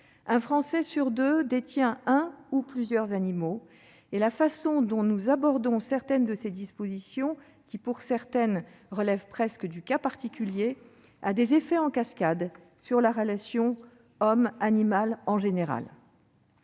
Un Français sur deux détient un ou plusieurs animaux. Et la façon dont nous abordons ces dispositions, qui, pour certaines, relèvent presque du cas particulier, a des effets en cascade sur la relation homme-animal en général.